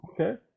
okay